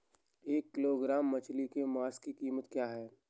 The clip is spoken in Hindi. एक किलोग्राम मछली के मांस की कीमत क्या है?